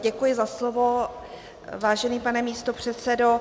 Děkuji za slovo, vážený pane místopředsedo.